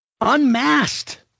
unmasked